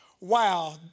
Wow